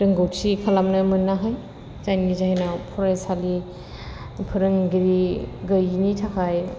रोंगौथि खालामनो मोनाखै जायनि जाहोनाव फरायसालि फोरोंगिरि गैयैनि थाखाय